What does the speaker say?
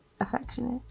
affectionate